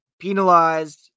penalized